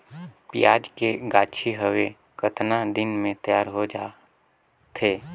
पियाज के गाछी हवे कतना दिन म तैयार हों जा थे?